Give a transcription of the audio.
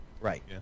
Right